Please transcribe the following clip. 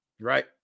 right